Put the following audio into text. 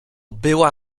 była